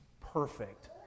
perfect